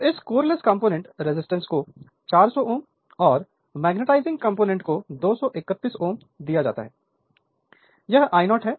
तो इस core loss component resistance को 400 Ω और मैग्नेटाइजिंग कंपोनेंट को 231 Ω दिया जाता है यह I0 है